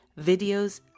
videos